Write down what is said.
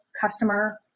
customer